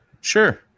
Sure